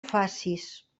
facis